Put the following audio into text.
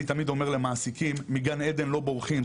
אני תמיד אומר למעסיקים מגן עדן לא בורחים.